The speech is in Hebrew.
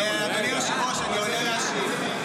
אדוני היושב-ראש, אני עולה להשיב.